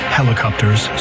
Helicopters